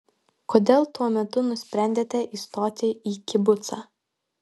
kodėl tuo metu nusprendėte įstoti į kibucą